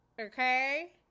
okay